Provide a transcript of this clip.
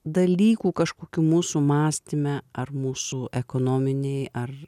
dalykų kažkokių mūsų mąstyme ar mūsų ekonominėj ar